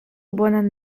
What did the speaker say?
bonan